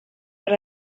but